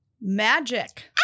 Magic